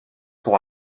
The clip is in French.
pour